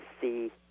see